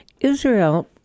Israel